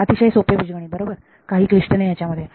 अतिशय सोपे बीजगणित बरोबर काहीही क्लिष्ट नाही याच्या मध्ये